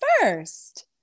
first